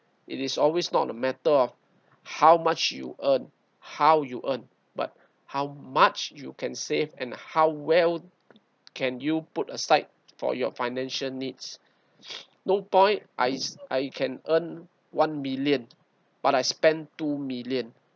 it is always not a matter of how much you earn how you earn but how much you can save and how well can you put aside for your financial needs no point I s~ I can earn one million but I spend two million